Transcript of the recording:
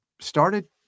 started